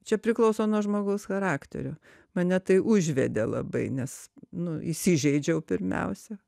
čia priklauso nuo žmogaus charakterio mane tai užvedė labai nes nu įsižeidžiau pirmiausia